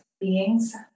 beings